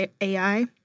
AI